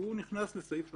הוא נכנס לסעיף 35(א),